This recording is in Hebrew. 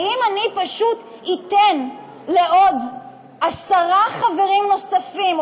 האם אני פשוט אתן לעשרה חברים נוספים,